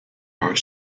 are